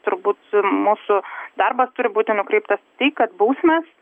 turbūt mūsų darbas turi būti nukreiptas į tai kad bausmės